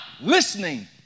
listening